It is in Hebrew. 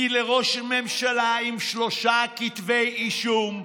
כי לראש ממשלה עם שלושה כתבי אישום,